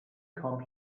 comb